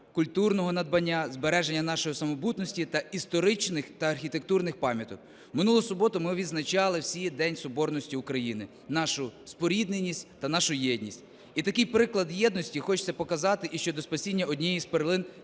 культурного надбання, збереження нашої самобутності, історичних та архітектурних пам'яток. У минулу суботу ми відзначали всі День Соборності України – нашу спорідненість та нашу єдність. І такий приклад єдності хочеться показати і щодо спасіння однієї з перлин